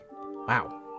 Wow